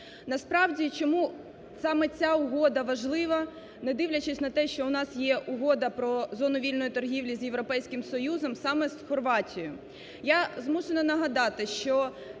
Насправді чому саме ця угода важлива, не дивлячись на те, що у нас є Угода про зону вільної торгівлі з Європейським Союзом, саме з Хорватією. Я змушена нагадати, що